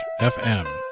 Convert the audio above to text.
FM